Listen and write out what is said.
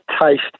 taste